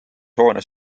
hoones